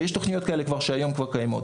ויש תוכניות שכאלה שקיימות כבר כיום.